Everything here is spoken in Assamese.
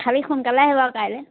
খালি সোনকালে আহিব কাইলৈ